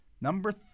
Number